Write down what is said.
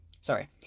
Sorry